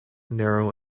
narrow